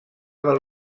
del